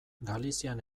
galizian